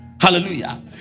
Hallelujah